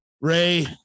Ray